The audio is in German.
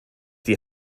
die